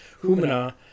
Humana